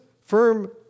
firm